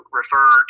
refer